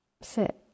sit